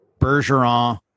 Bergeron